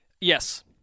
Yes